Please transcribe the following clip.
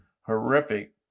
horrific